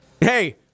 Hey